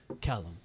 Callum